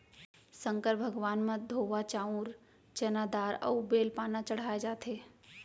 संकर भगवान म धोवा चाउंर, चना दार अउ बेल पाना चड़हाए जाथे